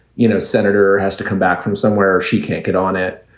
you know, senator has to come back from somewhere. she can't get on it.